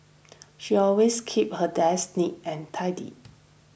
she always keeps her desk neat and tidy